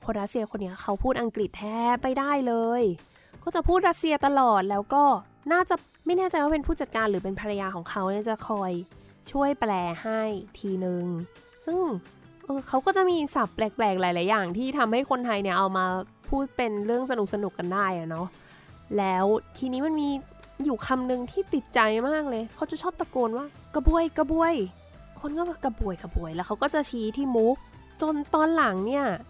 คนรัสเซียคนเนี้ยเขาพูดอังกฤษแทบไม่ได้เลย เขาจะพูดรัสเซียตลอด แล้วก็น่าจะ- ไม่แน่ใจว่าเป็นผู้จัดการหรือเป็นภรรยาของเขาเนี่ยจะคอยช่วยแปลให้ทีนึง ซึ่ง เออ เขาก็จะมีศัพท์แปลกๆหลายๆอย่างที่ทำให้คนไทยเนี่ยเอามาพูดเป็นเรื่องสนุกๆกันได้อะเนาะ แล้วทีนี้มันมีอยู่คำนึงที่ติดใจมากเลย เขาจะชอบตะโกนว่ากระบวยกระบวย คนก็บอกกระบวยกระบวย แล้วเขาก็จะชี้ที่มุก จนตอนหลังเนี่ย